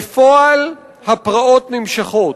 בפועל הפרעות נמשכות.